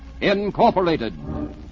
Incorporated